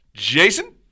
Jason